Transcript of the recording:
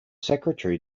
secretary